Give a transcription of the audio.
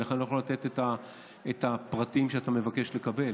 ולכן אני לא יכול לתת את הפרטים שאתה מבקש לקבל.